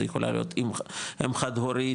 זה יכולה להיות אם חד הורית,